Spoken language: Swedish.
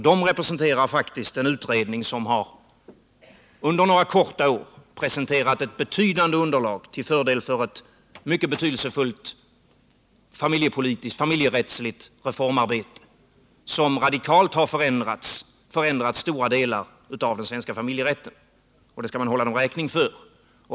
De representerar faktiskt en utredning som under några korta år har presenterat ett betydande underlag till fördel för ett mycket betydelsefullt familjerättsligt reformarbete som radikal: har förändrat stora delar av den svenska familjerätten. Det skall man hålla dem räkning för.